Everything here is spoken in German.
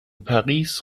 paris